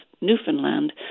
Newfoundland